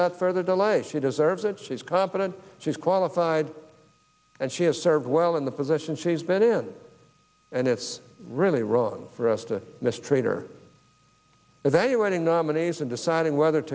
without further delay she deserves it she's competent she's qualified and she has served well in the position she's been in and it's really wrong for us to mistreat or evaluating nominees in deciding whether